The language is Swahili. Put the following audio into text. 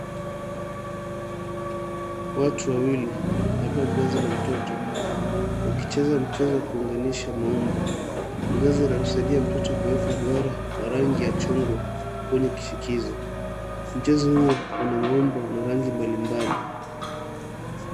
Watu wawili, labda mzazi na mtoto wakicheza mchezo wa kuunganisha maumbo, mzazi anamsaidia mtoto kuweka duara la rangi ya chungwa kwenye kishikizo, mchezo huu una maumbo na rangi mbalimbali.